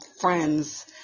friends